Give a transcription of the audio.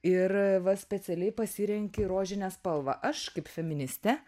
ir va specialiai pasirenki rožinę spalvą aš kaip feministė